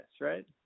right